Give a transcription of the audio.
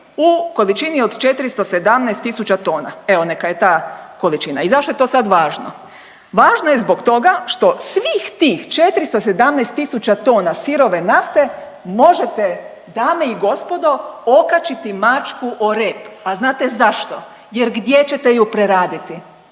u količini od 417 tisuća tona. Evo, neka je ta količina i zašto je to sad važno? Važno je zbog toga što svih tih 417 tisuća tona sirove nafte možete, dame i gospodo, okačiti mačku o reprezentativnim. A znate zašto? Jer gdje ćete ju preraditi?